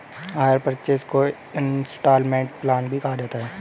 higher purchase को instalment plan भी कहा जाता है